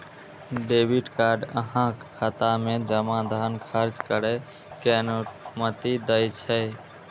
debit card अहांक खाता मे जमा धन खर्च करै के अनुमति दै छै